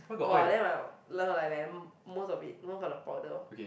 !wah! then my most of it most of the powder